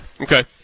Okay